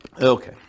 Okay